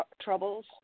troubles